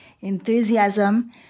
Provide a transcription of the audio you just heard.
enthusiasm